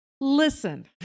Listen